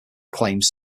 claims